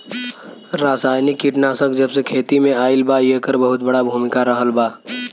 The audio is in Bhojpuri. रासायनिक कीटनाशक जबसे खेती में आईल बा येकर बहुत बड़ा भूमिका रहलबा